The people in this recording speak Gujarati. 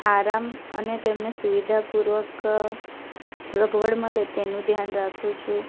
આરામ અને તેમને સુવિધાપૂર્વક સગવડ મળે તેનું ધ્યાન રાખું છું